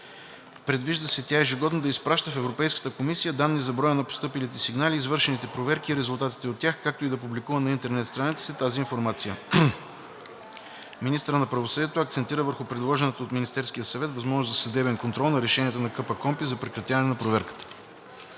Предвижда се тя ежегодно да изпраща на Европейската комисия данни за броя на постъпилите сигнали, извършените проверки и резултатите от тях, както и да публикува на интернет страница си тази информация. Министърът на правосъдието акцентира върху предложената от Министерския съвет възможност за съдебен контрол на решенията на КПКОНПИ за прекратяване на проверката.